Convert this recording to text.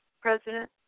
president